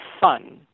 fun